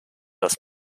das